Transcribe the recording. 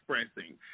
expressing